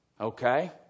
Okay